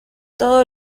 todo